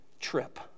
trip